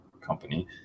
company